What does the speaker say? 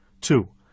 Two